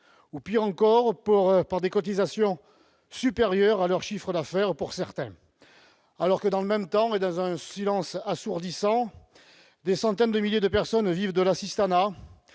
ou, pis encore, par des cotisations supérieures à leur chiffre d'affaires pour certains ? Alors que dans le même temps, et dans un silence assourdissant, des centaines de milliers de personnes vivent de l'assistanat,